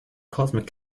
cosmic